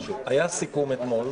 היה סיכום אתמול.